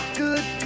good